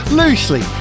loosely